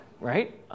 Right